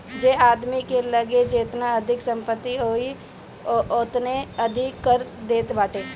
जे आदमी के लगे जेतना अधिका संपत्ति होई उ ओतने अधिका कर देत बाटे